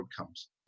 outcomes